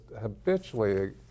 habitually